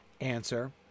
Answer